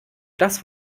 das